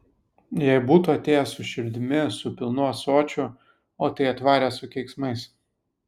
jei būtų atėjęs su širdimi su pilnu ąsočiu o tai atvarė su keiksmais